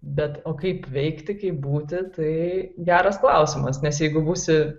bet o kaip veikti kaip būti tai geras klausimas nes jeigu būsi